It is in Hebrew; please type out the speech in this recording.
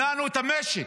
הנענו את המשק,